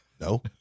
no